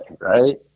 right